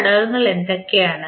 ആ ഘടകങ്ങൾ എന്തൊക്കെയാണ്